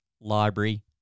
Library